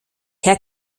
herr